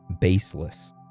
baseless